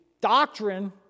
doctrine